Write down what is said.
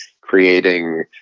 creating